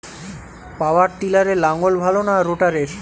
পাওয়ার টিলারে লাঙ্গল ভালো না রোটারের?